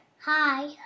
Hi